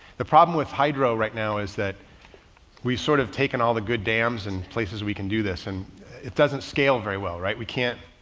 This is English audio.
the problem with hydro right now is that we sort of taken all the good dams and places we can do this. and it doesn't scale very well. right? we can't,